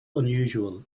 unusual